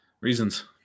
Reasons